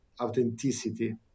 authenticity